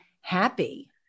happy